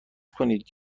کنید